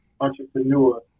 entrepreneur